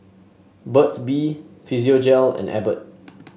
Burt's Bee Physiogel and Abbott